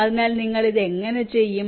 അതിനാൽ നിങ്ങൾ ഇത് എങ്ങനെ ചെയ്യും